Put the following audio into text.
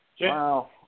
wow